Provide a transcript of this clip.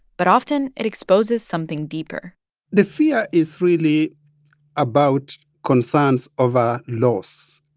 but often, it exposes something deeper the fear is really about concerns of a loss.